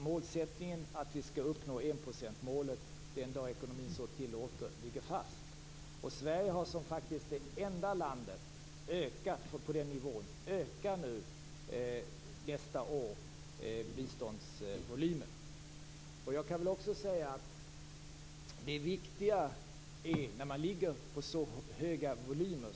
Målet att vi skall uppnå enprocentsmålet den dag ekonomin så tillåter ligger fast. Som enda land på den nivån ökar När man har så stora volymer som Sverige har är innehållet faktiskt viktigare än själva volymen.